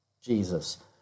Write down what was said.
Jesus